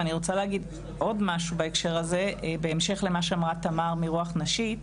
ואני רוצה להגיד עוד משהו בהקשר הזה בהמשך למה שאמרה תמר מרוח נשית.